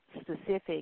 specific